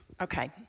Okay